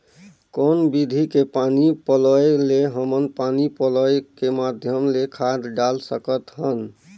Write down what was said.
कौन विधि के पानी पलोय ले हमन पानी पलोय के माध्यम ले खाद डाल सकत हन?